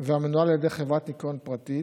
והמנוהל על ידי חברת ניקיון פרטית.